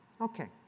Okay